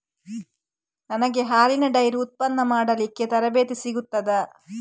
ನನಗೆ ಹಾಲಿನ ಡೈರಿ ಉತ್ಪನ್ನ ಮಾಡಲಿಕ್ಕೆ ತರಬೇತಿ ಸಿಗುತ್ತದಾ?